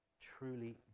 truly